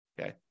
Okay